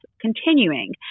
continuing